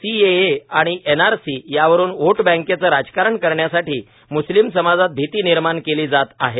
CAA आणि NRC यावरुन vote बँकचं राजकारण करण्यासाठी मुस्लीम समाजात भीती निर्माण केली जात आहे